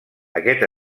aquest